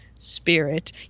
Spirit